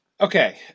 Okay